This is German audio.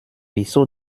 wieso